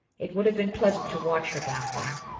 it would have been pleasant to watch her down there.